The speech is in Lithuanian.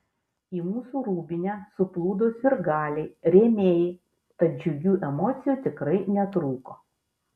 į mūsų rūbinę suplūdo sirgaliai rėmėjai tad džiugių emocijų tikrai netrūko